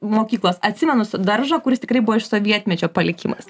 mokyklos atsimenu daržą kuris tikrai buvo iš sovietmečio palikimas